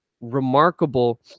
remarkable